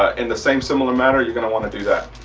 ah in the same similar manner your going to want to do that.